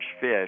fish